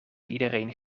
iedereen